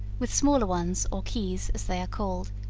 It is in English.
with smaller ones or keys, as they are called,